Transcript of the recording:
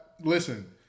listen